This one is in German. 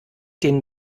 den